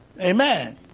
Amen